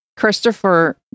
Christopher